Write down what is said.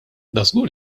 dażgur